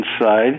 inside